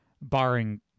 barring